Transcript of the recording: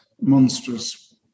monstrous